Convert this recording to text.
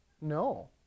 no